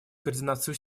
координации